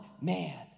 man